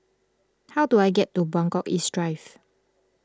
how do I get to Buangkok East Drive